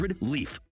Leaf